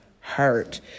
hurt